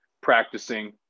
practicing